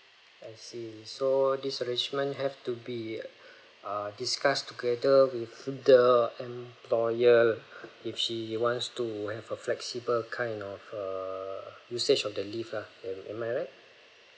I see so this arrangement have to be ah discussed together with the employer if she wants to have a flexible kind of a usage of the leave lah am am I right